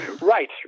Right